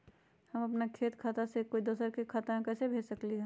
हम अपन बैंक खाता से कोई दोसर के बैंक खाता में पैसा कैसे भेज सकली ह?